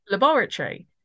laboratory